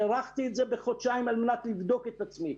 הארכתי אצת זה בחודשיים על מנת לבדוק את עצמי.